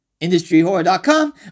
industryhorror.com